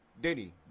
Denny